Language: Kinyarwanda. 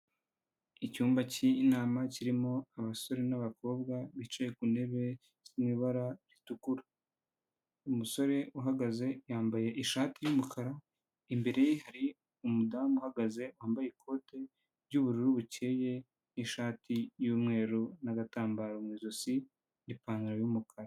Icyumba cy'inama kirimo abasore n'abakobwa bicaye ku ntebe n'ibara ritukura, umusore uhagaze yambaye ishati y'umukara, imbere hari umudamu uhagaze wambaye ikote ry'ubururu bukeye n'ishati y'umweru n'agatambaro mu ijosi n'ipantaro y'umukara.